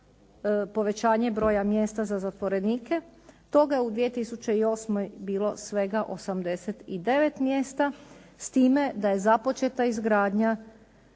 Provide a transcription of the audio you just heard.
povećanje broja mjesta za zatvorenike. Toga je u 2008. bilo svega 89 mjesta s time da je započeta izgradnja